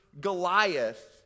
Goliath